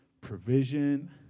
provision